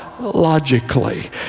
logically